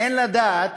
אין לדעת